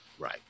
Right